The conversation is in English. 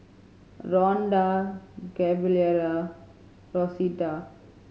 Ronda Gabriella Rosita